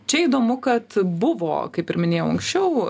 čia įdomu kad buvo kaip ir minėjau anksčiau